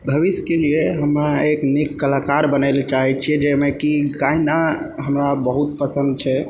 भविष्यके लिए हमरा एक नीक कलाकार बनै लए चाहै छिए जाहिमे कि गाना हमरा बहुत पसन्द छै